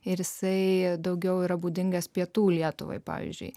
ir jisai daugiau yra būdingas pietų lietuvai pavyzdžiui